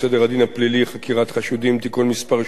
הפלילי (חקירת חשודים) (תיקון מס' 6)